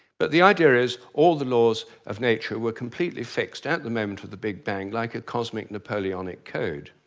but the idea is all the laws of nature were completely fixed at the moment of the big bang like a cosmic napoleonic code.